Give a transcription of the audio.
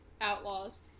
outlaws